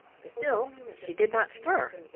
still she did not stir.